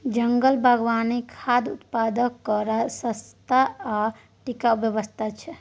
जंगल बागवानी खाद्य उत्पादनक सस्ता आ टिकाऊ व्यवस्था छै